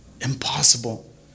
Impossible